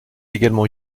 également